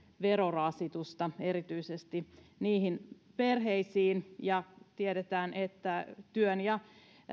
verorasitusta erityisesti perheisiin ja tiedetään että työn ja